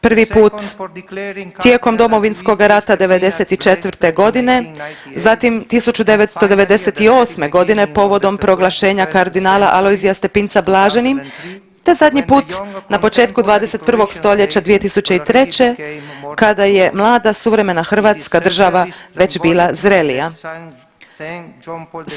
Prvi put tijekom Domovinskoga rata '94. godine, zatim 1998. godine povodom proglašenja kardinala Alojzija Stepinca blaženim te zadnji put na početku 21. stoljeća 2003. kada je mlada suvremena Hrvatska država već bila zrelija.